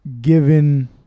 given